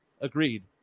Agreed